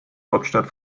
hauptstadt